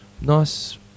nice